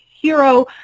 hero